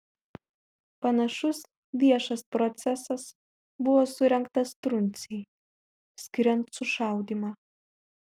panašus viešas procesas buvo surengtas truncei skiriant sušaudymą